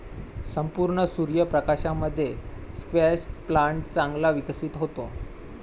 संपूर्ण सूर्य प्रकाशामध्ये स्क्वॅश प्लांट चांगला विकसित होतो